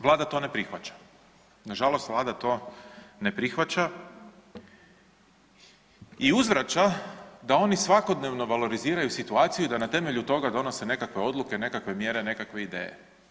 Vlada to ne prihvaća, nažalost Vlada to ne prihvaća i uzvraća da oni svakodnevno valoriziraju situaciju i da na temelju toga donose nekakve odluke, nekakve mjere, nekakve ideje.